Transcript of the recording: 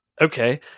okay